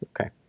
Okay